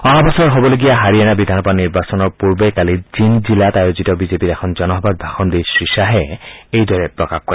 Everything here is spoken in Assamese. অহা বছৰ হ'বলগীয়া হাৰিয়াণা বিধানসভা নিৰ্বাচনৰ পূৰ্বে কালি জিন্দ জিলাত আয়োজিত বিজেপিৰ এখন জনসভাত ভাষণ দি শ্ৰীশ্বাহে এইদৰে প্ৰকাশ কৰে